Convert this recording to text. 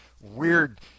weird